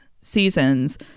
seasons